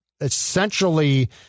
essentially